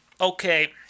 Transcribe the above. okay